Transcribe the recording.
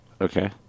Okay